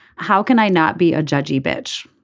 how can i not be a judge. bitch.